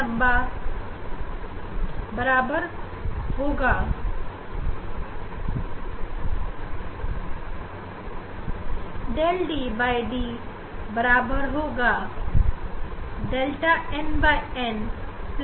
यहां वेवलेंथ के लिए हम यह ƛ d sinθn sinθmn लिख सकते हैं